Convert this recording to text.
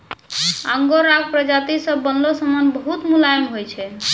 आंगोराक प्राजाती से बनलो समान बहुत मुलायम होय छै